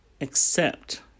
accept